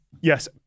Yes